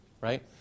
right